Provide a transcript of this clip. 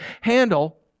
handle